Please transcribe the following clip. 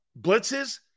blitzes